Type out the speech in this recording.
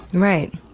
right.